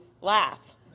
laugh